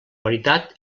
veritat